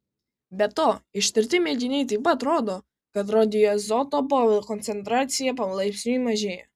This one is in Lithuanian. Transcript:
be to ištirti mėginiai taip pat rodo kad radioizotopo koncentracija palaipsniui mažėja